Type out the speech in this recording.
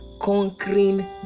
conquering